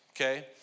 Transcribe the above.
okay